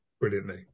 brilliantly